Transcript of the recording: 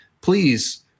Please